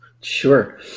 Sure